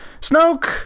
Snoke